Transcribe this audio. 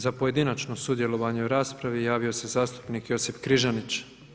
Za pojedinačno sudjelovanje u raspravi javio se zastupnik Josip Križanić.